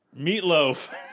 meatloaf